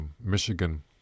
Michigan